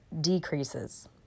decreases